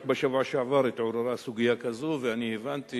רק בשבוע שעבר התעוררה סוגיה כזאת ואני הבנתי,